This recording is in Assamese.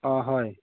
অঁ হয়